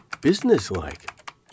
businesslike